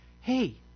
hey